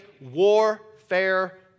warfare